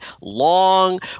long